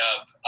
up